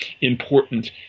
important